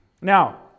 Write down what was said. Now